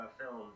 films